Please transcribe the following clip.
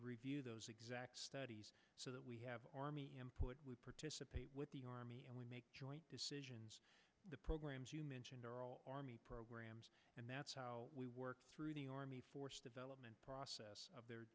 review those exact studies so that we have army input we participate with the army and we make joint decisions the programs you mentioned are all army programs and that's how we work through the army force development process